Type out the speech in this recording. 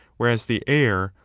whereas the air,